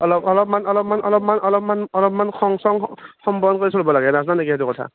অলপ অলপমান অলপমান অলপমান অলপমান খং চং সম্বৰণ কৰি চল্বা লাগে নাজ্না নেকি সেইটো কথা